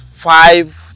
five